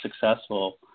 successful